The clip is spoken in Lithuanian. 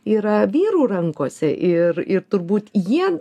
yra vyrų rankose ir ir turbūt jie